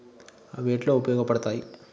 అవి ఎట్లా ఉపయోగ పడతాయి?